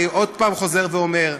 אני עוד פעם חוזר ואומר,